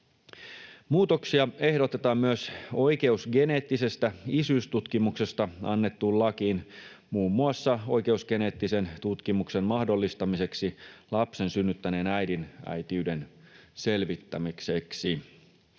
Muutoksia ehdotetaan myös oikeusgeneettisestä isyystutkimuksesta annettuun lakiin muun muassa oikeusgeneettisen tutkimuksen mahdollistamiseksi lapsen synnyttäneen äidin äitiyden selvittämiseksi.